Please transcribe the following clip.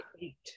eight